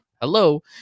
hello